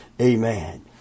Amen